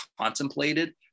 contemplated